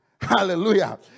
Hallelujah